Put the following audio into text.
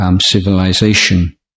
civilization